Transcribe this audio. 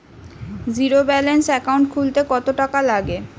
Zero balance account খুলতে কত টাকা লাগে?